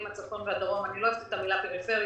הצפון והדרום אני לא אוהבת את המילה פריפריה